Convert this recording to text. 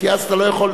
כי אז אתה לא יכול,